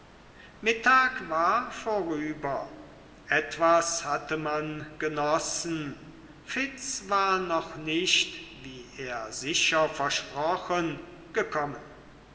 mittag war vorüber etwas hatte man genossen fitz war noch nicht wie er versprochen gekommen